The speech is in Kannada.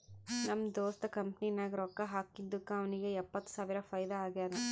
ನಮ್ ದೋಸ್ತ್ ಕಂಪನಿ ನಾಗ್ ರೊಕ್ಕಾ ಹಾಕಿದ್ದುಕ್ ಅವ್ನಿಗ ಎಪ್ಪತ್ತ್ ಸಾವಿರ ಫೈದಾ ಆಗ್ಯಾದ್